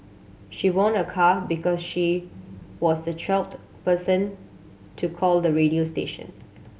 she won a car because she was the twelfth person to call the radio station